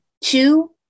Two